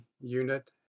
unit